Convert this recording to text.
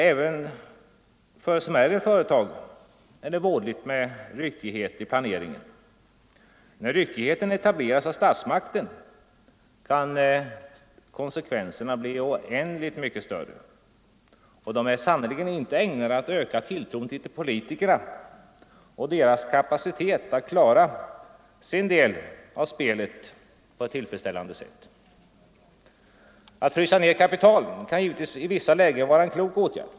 Även för smärre företag är det vådligt med ryckighet i planeringen. När ryckigheten etableras av statsmakten kan konsekvenserna bli oändligt mycket större, och de är sannerligen inte ägnade att öka tilltron till politikerna och deras kapacitet att klara sin del av spelet på ett tillfredställande sätt. Att frysa ned kapital kan givetvis i vissa lägen vara en klok åtgärd.